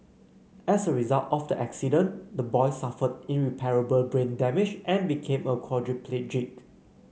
as a result of the accident the boy suffered irreparable brain damage and became a quadriplegic